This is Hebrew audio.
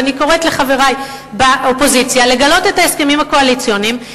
ואני קוראת לחברי באופוזיציה לגלות את ההסכמים הקואליציוניים,